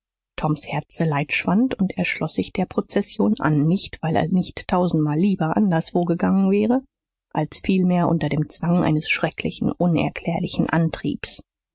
toms herzeleid schwand und er schloß sich der prozession an nicht weil er nicht tausendmal lieber anderswohin gegangen wäre als vielmehr unter dem zwang eines schrecklichen unerklärlichen antriebs